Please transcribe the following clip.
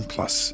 Plus